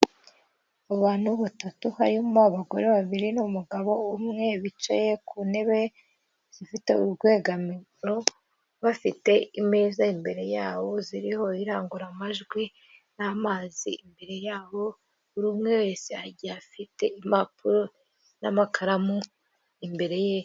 Mu bantu batatu harimo abagore babiri n'umugabo umwe bicaye ku ntebe zifite urwegamiro bafite ame imbere yabo ziriho irangururamajwi n'amazi imbere yabo buri umwe wese afite impapuro n'amakaramu imbere y'isi.